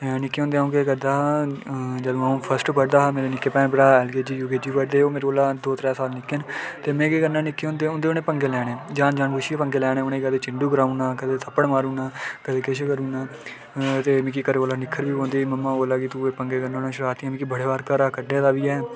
निक्के होंदे अं'ऊ केह् करदा हा अं'ऊ फर्स्ट पढ़दा हा मेरे भैन भ्राऽ एल केजी यू केजी पढ़दे न ओह् मेरे कोला दौ त्रैऽ साल निक्के न ते में केह् करना निक्के होंदे उं'दे कन्नै पंगे लैने किश बी करना जां उ'नेंगी कदजें चिंढु कराई ओड़ना कदें थप्पड़ मारी ओड़ना कदें किश करी ओड़ना ते मिगी घरै आह्लें कोला निक्खर बी पौंदी ते तूं पंगे करना होना मिगी बड़े बारी घरै दा कड्ढे दा बी ऐ